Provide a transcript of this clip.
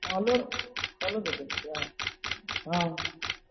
फलो फलो बेचै छियै हँ